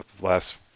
last